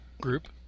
group